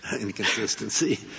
inconsistency